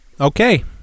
Okay